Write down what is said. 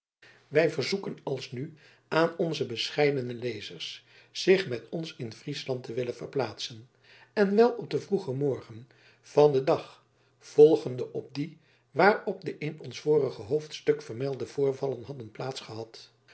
wij verzoeken alsnu aan onze bescheidene lezers zich met ons in friesland te willen verplaatsen en wel op den vroegen morgen van den dag volgende op dien waarop de in ons vorige hoofdstuk vermelde voorvallen